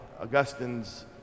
Augustine's